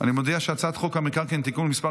אני מודיע שהצעת חוק המקרקעין (תיקון מס'